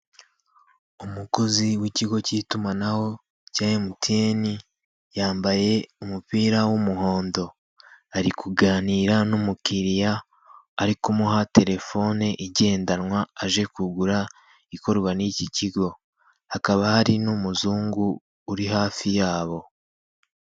umukozi w'ikigo cy'itumanaho cya emutiyeni yambaye umupira w'umuhondo ari kuganira n'umukiriya ari kumuha telefone igendanwa aje kugura ikorwa n'iki kigo hakaba hari n'umuzungu uri hafi yabo.